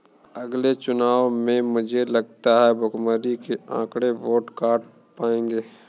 अगले चुनाव में मुझे लगता है भुखमरी के आंकड़े वोट काट पाएंगे